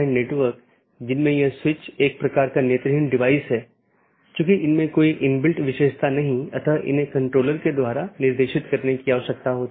network layer की जानकारी क्या है इसमें नेटवर्क के सेट होते हैं जोकि एक टपल की लंबाई और उपसर्ग द्वारा दर्शाए जाते हैं जैसा कि 14 202 में 14 लम्बाई है और 202 उपसर्ग है और यह उदाहरण CIDR रूट है